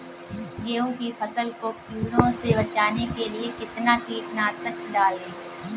गेहूँ की फसल को कीड़ों से बचाने के लिए कितना कीटनाशक डालें?